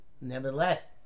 Nevertheless